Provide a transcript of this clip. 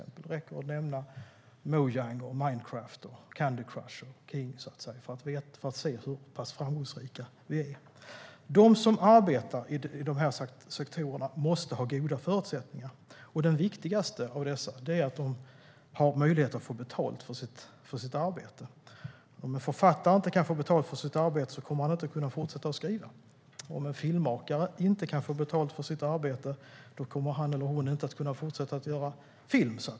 Det räcker att nämna Mojang med Minecraft och King med Candy Crush för att visa hur framgångsrika vi är. De som arbetar i de här sektorerna måste ha goda förutsättningar. Den viktigaste av dessa är att de har möjlighet att få betalt för sitt arbete. Om en författare inte kan få betalt för sitt arbete kommer han inte att kunna fortsätta skriva. Om en filmmakare inte kan få betalt för sitt arbete kommer han eller hon inte att kunna fortsätta göra film.